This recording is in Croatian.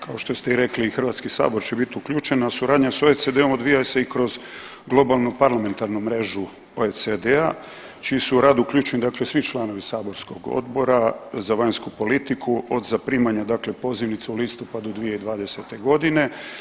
Kao što ste i rekli i Hrvatski sabor će biti uključen, a suradnja s OECD-om odvija se i kroz globalno parlamentarnu mrežu OECD-a u čiji su rad uključeni dakle svi članovi saborskog Odbora za vanjsku politiku od zaprimanja dakle pozivnice u listopadu 2020. godine.